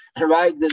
Right